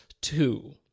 Two